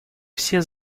все